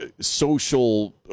social